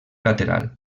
lateral